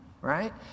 right